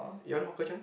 young Hawker Chan